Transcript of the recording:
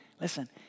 Listen